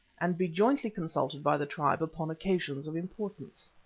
and be jointly consulted by the tribe upon occasions of importance.